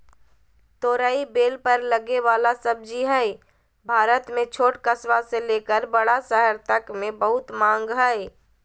तोरई बेल पर लगे वला सब्जी हई, भारत में छोट कस्बा से लेकर बड़ा शहर तक मे बहुत मांग हई